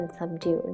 subdued